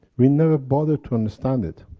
we never bothered to understand it.